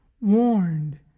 warned